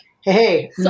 hey